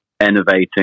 innovating